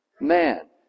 man